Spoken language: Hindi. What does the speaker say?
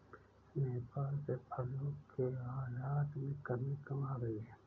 नेपाल से फलों के आयात में कमी क्यों आ गई?